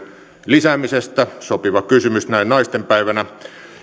lisäämisestä sopiva kysymys näin naistenpäivänä